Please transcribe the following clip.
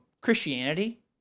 Christianity